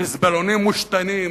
"חיזבאללונים" מושתנים,